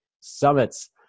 summits